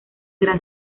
gran